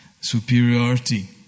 superiority